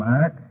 Mac